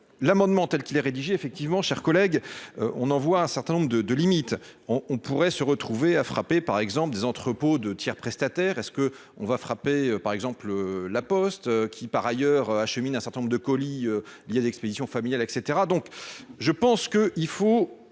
l'amendement telle qu'il est rédigé effectivement chers collègue on envoie un certain nombre de de limite on on pourrait se retrouver à frappé par exemple des entrepôts de Tir prestataires, est ce que on va frapper par exemple la Poste qui par ailleurs achemine un certain nombre de colis, il y a d'expédition familiale et cetera, donc je pense que il faut